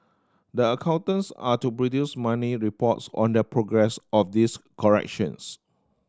the accountants are to produce monthly reports on the progress of these corrections